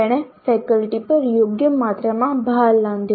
તેણે ફેકલ્ટી પર યોગ્ય માત્રામાં ભાર લાદ્યો